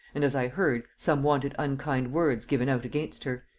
and, as i heard, some wonted unkind words given out against her.